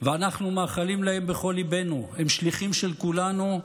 ואנחנו מאחלים בכל ליבנו, הם שליחים של כולנו,